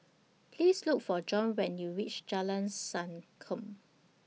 Please Look For John when YOU REACH Jalan Sankam